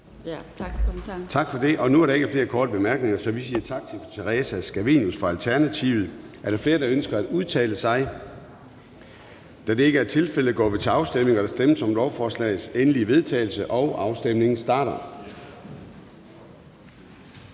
Tak for det, og nu er der ikke flere korte bemærkninger, så vi siger tak til fru Theresa Scavenius fra Alternativet. Er der flere, der ønsker at udtale sig? Da det ikke er tilfældet, går vi til afstemning. Kl. 09:18 Afstemning Formanden (Søren Gade): Der stemmes om lovforslagets endelige vedtagelse, og afstemningen starter.